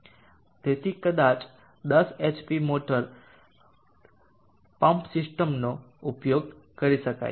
તેથી કદાચ 10 hp motor pump સિસ્ટમનો ઉપયોગ કરી શકાય છે